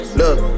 look